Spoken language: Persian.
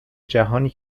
جهانی